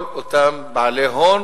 כל אותם בעלי הון